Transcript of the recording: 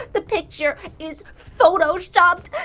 the picture is photoshopped.